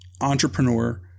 entrepreneur